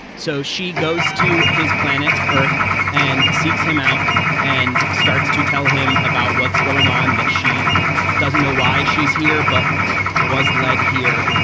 so she goes to his planet earth and seeks him out and starts to tell him about what's going on, that she doesn't know why she's here, but was led here.